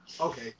okay